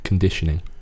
Conditioning